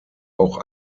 auch